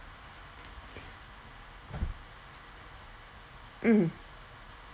mm